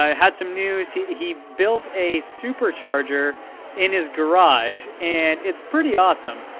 um had some news. he he built a supercharger in his garage, and it's pretty awesome.